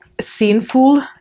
sinful